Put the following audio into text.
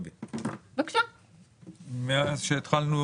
מאז התחלנו